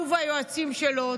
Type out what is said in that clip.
הוא והיועצים שלו,